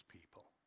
people